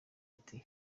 ati